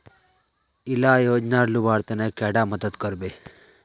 इला योजनार लुबार तने कैडा मदद करबे?